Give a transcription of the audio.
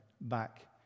back